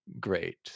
great